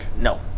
No